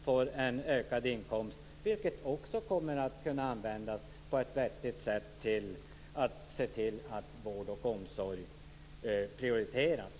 De pengarna kommer också att kunna användas för att se till att vård och omsorg prioriteras.